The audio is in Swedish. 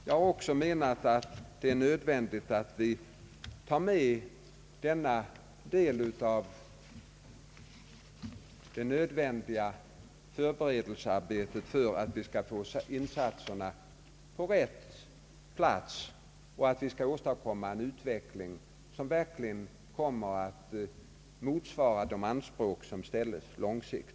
Jag anser också att det är nödvändigt att vi tar med denna del av det nödvändiga förberedelsearbetet för att vi skall göra insatserna på rätt plats och åstadkomma en utveckling, som verkligen motsvarar de anspråk som ställs på lång sikt.